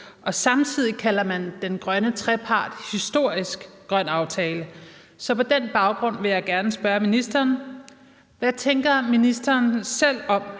Og samtidig kalder man den grønne trepart en historisk grøn aftale. Så på den baggrund vil jeg gerne spørge ministeren, hvad ministeren selv